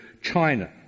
China